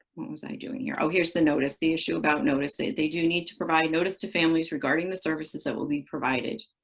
was i doing here? oh, here's the notice, the issue about notice. they they do need to provide notice to families regarding the services that will be provided.